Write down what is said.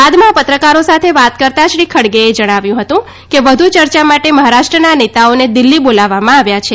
બાદમાં પત્રકારો સાથએ વાત કરતા શ્રી ખણેએ જણાવ્યુ હતુ કે વધુ ચર્ચા માટે મહારાષ્ટ્રતનીનેતાઓને દિલ્ફી બોલાવવામાં આવ્યા છે